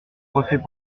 refaits